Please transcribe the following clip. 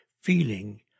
feeling